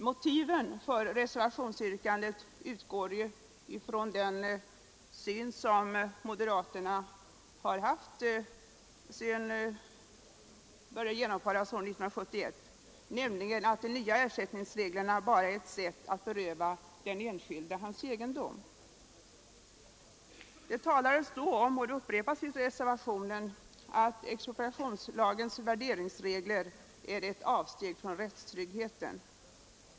Motiven för reservationsyrkandet utgår från den syn som moderaterna har haft sedan ersättningsreglerna började genomföras 1971, nämligen att de nya ersättningsreglerna bara är ett sätt att beröva den enskilde hans egendom. Man talade då om — och det upprepas i reservationen — att expropriationslagens värderingsregler är ett avsteg från rättstryggheten.